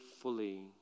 fully